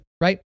right